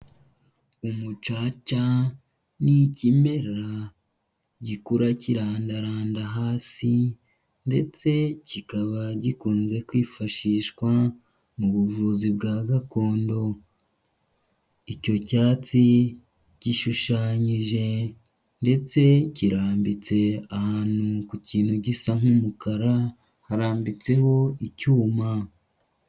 Umucaca ni ikimera gikura kirandaranda hasi ndetse kikaba gikunze kwifashishwa mu buvuzi bwa gakondo. Icyo cyatsi gishushanyije ndetse kirambitse ahantu ku kintu gisa nk'umukara, harambitseho icyuma.